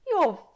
You're